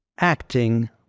acting